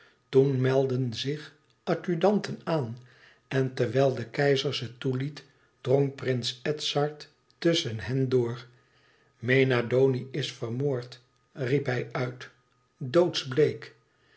toen meldden zich adjudanten aan en terwijl de keizer ze toeliet drong prins edzard tusschen hen door mena doni is vermoord riep hij uit